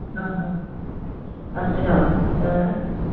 हा हा अच्छा त